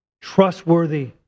trustworthy